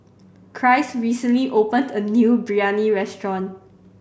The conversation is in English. Christ recently opened a new Biryani restaurant